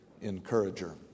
encourager